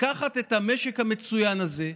לקחת את המשק המצוין הזה,